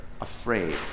afraid